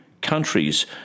countries